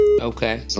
Okay